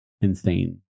insane